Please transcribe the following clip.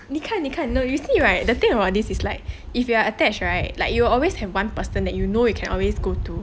你看你看 no you see right the thing about this is like if you are attached right like you will always have one person that you know you can always go to